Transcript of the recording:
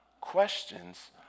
questions